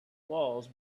walls